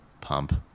Pump